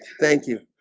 thank you